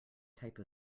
type